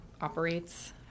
operates